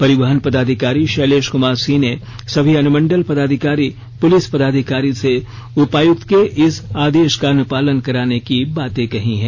परिवहन पदाधिकारी शैलेश कुमार सिंह ने सभी अनुमंडल पदाधिकारी पुलिस पदाधिकारी से उपायुक्त के इस आदेश का अनुपालन कराने की बातें कही है